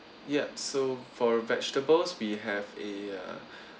yup so for vegetables we have a uh